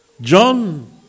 John